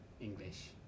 English